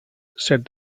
said